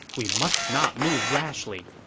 we must not move rashly.